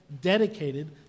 dedicated